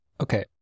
Okay